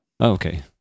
okay